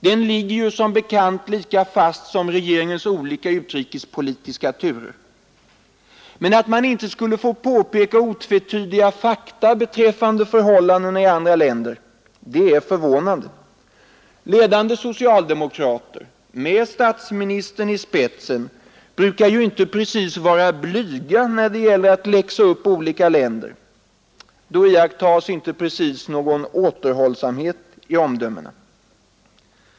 Den ligger ju som bekant lika fast som regeringens olika utrikespolitiska turer. Men att man inte skulle få påpeka otvetydiga fakta beträffande förhållandena i andra länder är förvånande. Ledande socialdemokrater, med statsministern i spetsen, brukar ju inte vara blyga när det gäller att läxa upp olika länder. Då iakttages inte precis någon återhållsamhet i omdömena.